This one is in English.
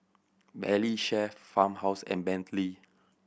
Valley Chef Farmhouse and Bentley